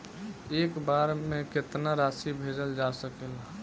एक बार में केतना राशि भेजल जा सकेला?